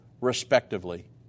respectively